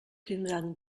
tindran